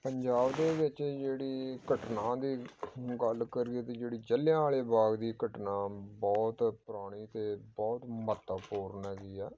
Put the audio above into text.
ਪੰਜਾਬ ਦੇ ਵਿੱਚ ਜਿਹੜੀ ਘਟਨਾ ਦੀ ਗੱਲ ਕਰੀਏ ਤਾਂ ਜਿਹੜੀ ਜਲ੍ਹਿਆਂ ਵਾਲੇ ਬਾਗ ਦੀ ਘਟਨਾ ਬਹੁਤ ਪੁਰਾਣੀ ਅਤੇ ਬਹੁਤ ਮਹੱਤਵਪੂਰਨ ਹੈਗੀ ਆ